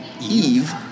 Eve